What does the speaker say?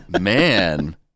man